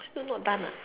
still not done